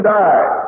die